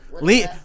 Lee